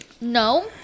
no